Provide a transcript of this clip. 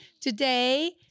today